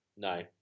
No